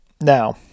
Now